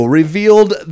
revealed